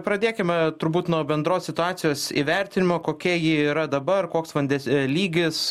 pradėkime turbūt nuo bendros situacijos įvertinimo kokia ji yra dabar koks vandens lygis